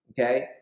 Okay